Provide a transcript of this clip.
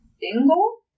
Dingle